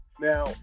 now